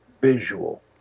visual